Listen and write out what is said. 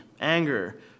anger